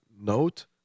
note